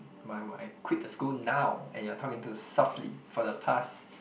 my I quit the school now and you're talking too softly for the past